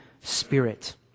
Spirit